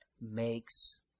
makes